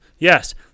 Yes